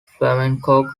flamenco